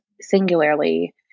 singularly